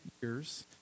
years